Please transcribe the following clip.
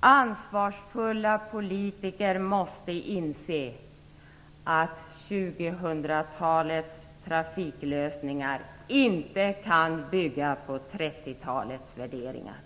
Ansvarsfulla politiker måste inse att 2000-talets trafiklösningar inte kan bygga på 1930-talets värderingar.